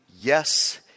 yes